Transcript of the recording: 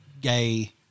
gay